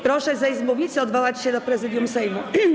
Proszę zejść z mównicy i odwołać się do Prezydium Sejmu.